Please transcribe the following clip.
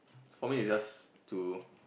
for me it's just to